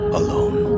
alone